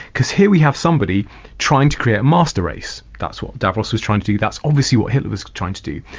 because here we have somebody trying to create a master race, that's what davros is trying to do, that's obvious what hitler was trying to do.